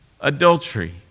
adultery